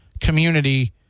community